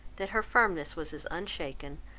that her firmness was as unshaken,